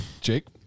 Jake